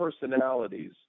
personalities